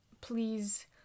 please